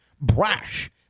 brash